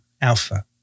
alpha